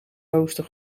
rooster